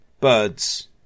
birds